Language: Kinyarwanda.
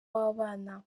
wabana